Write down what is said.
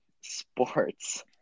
sports